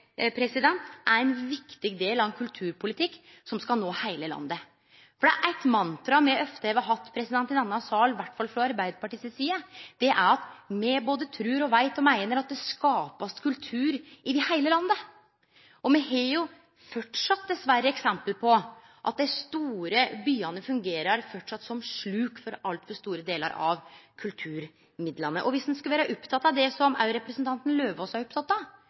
eg er ein viktig del av ein kulturpolitikk som skal nå heile landet. Eit mantra me ofte har hatt i denne salen, i alle fall frå Arbeidarpartiet si side, er at me både trur og veit og meiner at det blir skapt kultur over heile landet. Me har dessverre eksempel på at dei store byane fortsatt fungerer som sluk for altfor store delar av kulturmidlane. Og om ein skulle vere oppteken av det som òg representanten Eidem Løvaas er oppteken av,